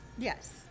Yes